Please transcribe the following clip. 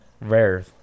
Rare